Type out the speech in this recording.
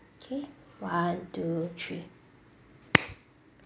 okay one two three